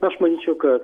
aš manyčiau ka